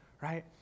right